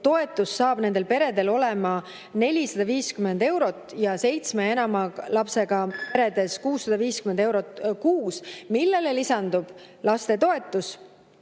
toetus nendel peredel olema 450 eurot ja seitsme ja enama lapsega peredes 650 eurot kuus, millele lisandub lapsetoetus,